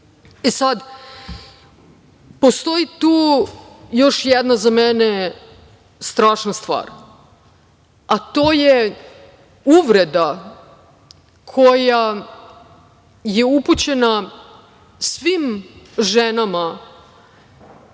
postoji tu još jedna za mene strašna stvar, a to je uvreda koja je upućena svim ženama